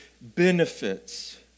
benefits